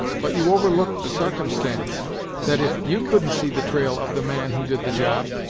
but you overlook the sarcumstance that if you couldn't see the trail of the man who did the job,